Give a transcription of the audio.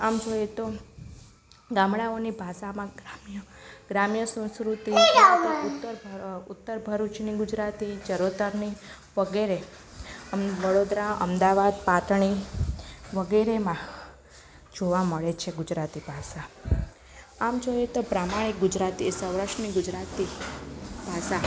આમ જોઈએ તો ગામડાઓની ભાષામાં ગ્રામ્ય સંસ્કૃતિ ઉત્તર ભરૂચની ગુજરાતી ચરોતરની વગેરે વડોદરા અમદાવાદ પાટણની વગેરેમાં જોવા મળે છે ગુજરાતી ભાષા આમ જોઈએ તો પ્રમાણિક ગુજરાતી સૌરાષ્ટ્રની ગુજરાતી ભાષા